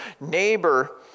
neighbor